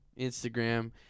Instagram